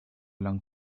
long